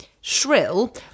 shrill